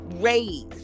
raised